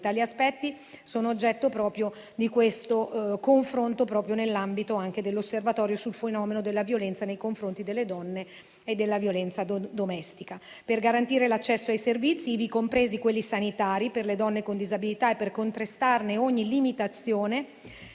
aspetti sono oggetto di questo confronto anche nell'ambito dell'Osservatorio sul fenomeno della violenza nei confronti delle donne e della violenza domestica. Per garantire l'accesso ai servizi, ivi compresi quelli sanitari, per le donne con disabilità e per contrastarne ogni limitazione,